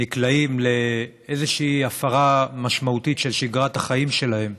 נקלעים לאיזושהי הפרה משמעותית של שגרת החיים שלהם,